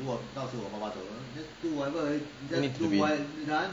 need to be